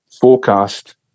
forecast